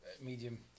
medium